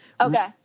Okay